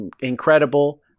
incredible